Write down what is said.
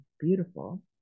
beautiful